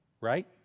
Right